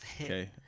Okay